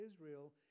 Israel